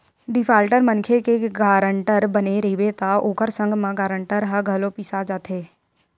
defaulter मनखे के guarantor बने रहिबे त ओखर संग म गारंटर ह घलो पिसा जाथे